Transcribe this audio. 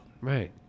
right